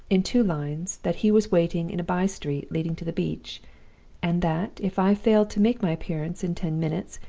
in two lines, that he was waiting in a by-street leading to the beach and that, if i failed to make my appearance in ten minutes,